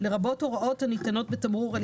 לרבות הוראות הניתנות בתמרור,